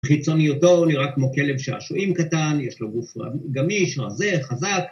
‫בחיצוניותו הוא נראה כמו כלב שעשועים קטן, ‫יש לו גוף גמיש, רזה, חזק.